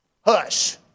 Hush